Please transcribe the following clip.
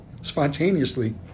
spontaneously